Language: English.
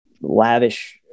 lavish